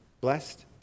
Blessed